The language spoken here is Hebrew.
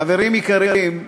חברים יקרים,